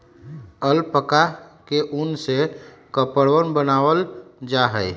alpaca के उन से कपड़वन बनावाल जा हई